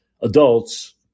adults